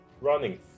Running